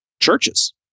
churches